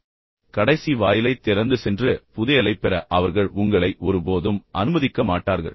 பின்னர் கடைசி வாயிலைத் திறந்து பின்னர் சென்று புதையலைப் பெற அவர்கள் உங்களை ஒருபோதும் அனுமதிக்க மாட்டார்கள்